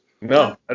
No